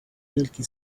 milky